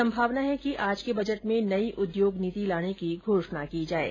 संभावना है कि आज के बजट में नई उद्योग नीति लाने की घोषणा की जाये